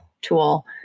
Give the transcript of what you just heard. tool